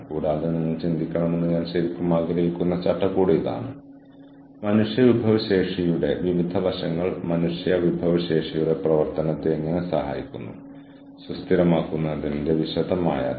കൂടാതെ cross boundary ക്രമീകരണത്തിൽ ഒരു സഹകാരിയിലോ ക്ലയന്റിലോ ചേരാനുള്ള അവസരങ്ങളുടെ തീവ്രതയെക്കുറിച്ചുള്ള അവബോധം വ്യക്തമാക്കുന്ന ഓർഗനൈസേഷണൽ മൂല്യങ്ങളുമായി HRM സിസ്റ്റങ്ങളെ ലിങ്ക് ചെയ്യുന്നതിലൂടെ ഇത് കൈവരിക്കാനാകും